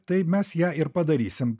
tai mes ją ir padarysim